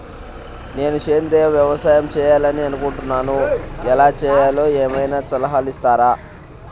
నేను సేంద్రియ వ్యవసాయం చేయాలి అని అనుకుంటున్నాను, ఎలా చేయాలో ఏమయినా సలహాలు ఇస్తారా?